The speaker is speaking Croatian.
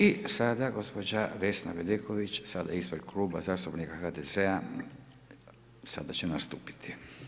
I sada gospođa Vesna Bedeković ispred Kluba zastupnika HDZ-a, sada će nastupiti.